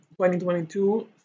2022